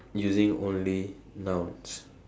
using only nouns